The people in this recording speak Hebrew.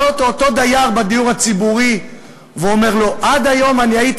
רואה אותו דייר בדיור הציבורי ואומר לו: עד היום הייתי